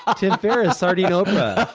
ah t sardine oprah. i'm